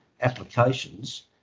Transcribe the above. applications